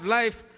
life